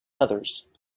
others